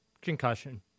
Concussion